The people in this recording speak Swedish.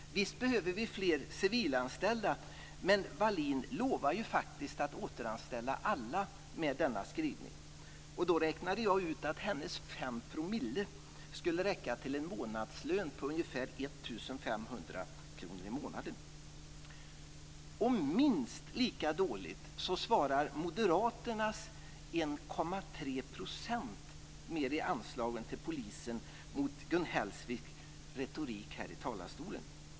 Visst behöver vi fler civilanställda, men med denna skrivning lovar Wallin ju faktiskt att återanställa alla! Jag räknade ut att hennes 5 % då skulle räcka till en månadslön på ungefär 1 500 kr i månaden. Minst lika dåligt svarar Moderaternas 1,3 % mer i anslagen till polisen mot Gun Hellsviks retorik här i talarstolen.